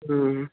ਹੂੰ